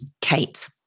Kate